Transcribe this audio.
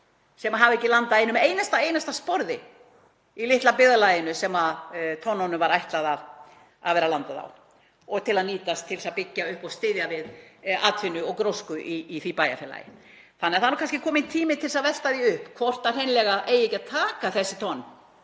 sem hafa ekki landað einum einasta sporði í litla byggðarlaginu sem tonnunum var ætlað að vera landað á og áttu að nýtast til að byggja upp og styðja við atvinnu og grósku í því bæjarfélagi. Þannig að það er kannski kominn tími til að velta því upp hvort hreinlega eigi ekki að taka þessi tonn